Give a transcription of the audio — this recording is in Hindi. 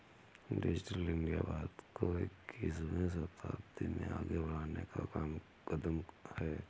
डिजिटल इंडिया भारत को इक्कीसवें शताब्दी में आगे बढ़ने का कदम है